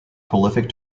prolific